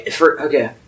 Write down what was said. Okay